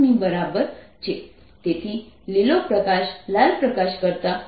8 તેથી લીલો પ્રકાશ લાલ પ્રકાશ કરતા 3